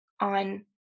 on